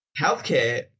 healthcare